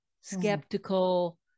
skeptical